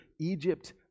Egypt